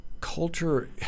culture